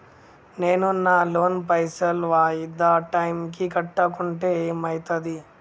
నేను నా లోన్ పైసల్ వాయిదా టైం కి కట్టకుంటే ఏమైతది?